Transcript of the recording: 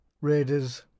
Raiders